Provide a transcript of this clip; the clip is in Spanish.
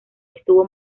estuvo